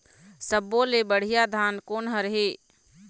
सब्बो ले बढ़िया धान कोन हर हे?